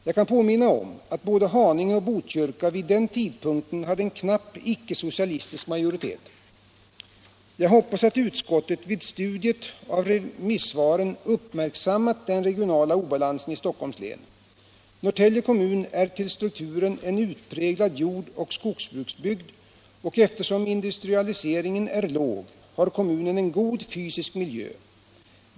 Jag kan påminna om att både Haninge och Botkyrka vid den tidpunkten hade en knapp icke-socialistisk majoritet. Jag hoppas att utskottet vid studiet av remissvaren uppmärksammat den regionala obalansen i Stockholms län. Norrtälje kommun är till strukturen en utpräglad jord och skogsbruksbygd, och eftersom industrialiseringen är låg har kommunen en god fysisk miljö.